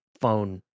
phone